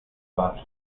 barca